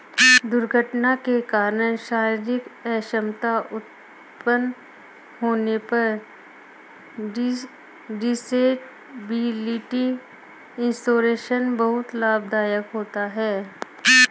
दुर्घटना के कारण शारीरिक अक्षमता उत्पन्न होने पर डिसेबिलिटी इंश्योरेंस बहुत लाभदायक होता है